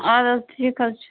اَدٕ حظ ٹھیٖک حظ چھُ